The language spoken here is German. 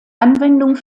anwendung